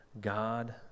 God